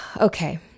Okay